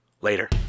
Later